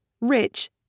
rich